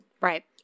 Right